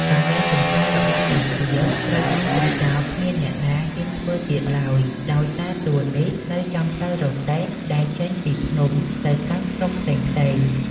កន្លែងចម្ការរបស់តាជាត្រូវបានទុកចោលគ្មានអ្នកណាហ៊ានធ្វើទៀតឡើយ ដោយសារទួលនេះនៅចំផ្លូវរទេះដែលចេញពីភ្នំទៅកាន់ស្រុកផ្សេងៗ ។